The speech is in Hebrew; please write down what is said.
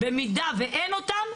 במידה ואין אותם,